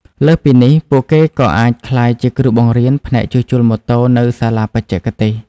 លើសពីនេះ ពួកគេក៏អាចក្លាយជាគ្រូបង្រៀនផ្នែកជួសជុលម៉ូតូនៅសាលាបច្ចេកទេស។